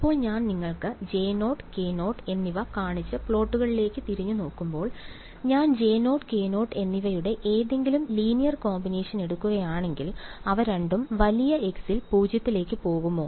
ഇപ്പോൾ ഞാൻ നിങ്ങൾക്ക് J0 K0 എന്നിവ കാണിച്ച പ്ലോട്ടുകളിലേക്ക് തിരിഞ്ഞുനോക്കുമ്പോൾ ഞാൻ J0 K0 എന്നിവയുടെ ഏതെങ്കിലും ലീനിയർ കോമ്പിനേഷൻ എടുക്കുകയാണെങ്കിൽ അവ രണ്ടും വലിയ x ൽ 0 ലേക്ക് പോകുമോ